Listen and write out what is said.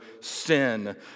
sin